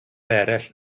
eraill